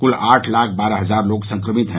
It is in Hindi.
कुल आठ लाख बारह हजार लोग संक्रमित हैं